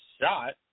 shot